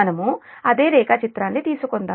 మనము అదే రేఖాచిత్రాన్ని తీసుకుందాం